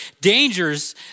dangers